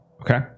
okay